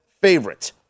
favorite